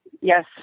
Yes